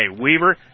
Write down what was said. Weaver